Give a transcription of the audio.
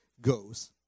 goes